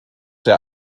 der